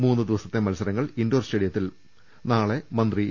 മൂന്ന് ദിവസത്തെ മത്സരങ്ങൾ ഇൻഡോർ സ്റ്റേഡിയത്തിൽ നാളെ മന്ത്രി എ